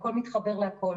הכול מתחבר להכול,